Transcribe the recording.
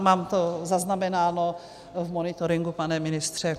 Mám to zaznamenáno v monitoringu, pane ministře.